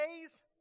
days